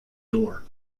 door